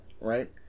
right